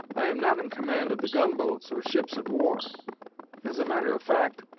i am not in command of the gun-boats or ships of war as a matter of fact,